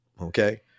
okay